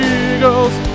eagles